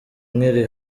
nkiri